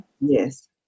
Yes